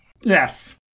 Yes